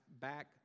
back